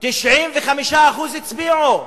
95% הצביעו.